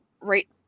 right